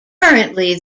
currently